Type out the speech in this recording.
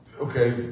okay